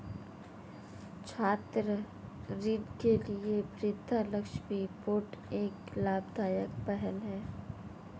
छात्र ऋण के लिए विद्या लक्ष्मी पोर्टल एक लाभदायक पहल है